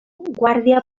guàrdia